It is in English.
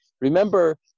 Remember